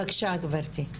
בבקשה, גברתי.